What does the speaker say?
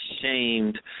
ashamed